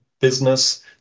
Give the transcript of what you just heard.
business